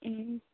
ꯎꯝ